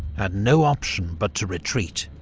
had no option but to retreat.